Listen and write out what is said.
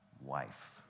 wife